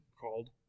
called